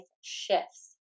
shifts